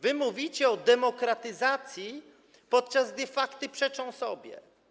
Wy mówicie o demokratyzacji, podczas gdy fakty przeczą sobie.